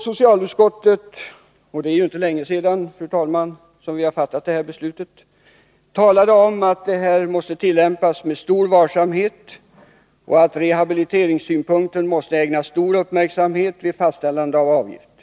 Socialutskottet — och det är inte länge sedan, fru talman, vi fattade det här beslutet — sade att detta måste tillämpas med stor varsamhet och att rehabiliteringssynpunkten måste ägnas stor uppmärksamhet vid fastställande av avgift.